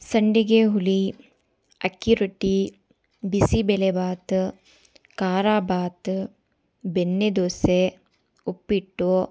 ಸಂಡಿಗೆ ಹುಳಿ ಅಕ್ಕಿರೊಟ್ಟಿ ಬಿಸಿಬೇಳೆಭಾತು ಖಾರಭಾತು ಬೆಣ್ಣೆದೋಸೆ ಉಪ್ಪಿಟ್ಟು